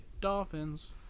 dolphins